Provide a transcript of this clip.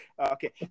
Okay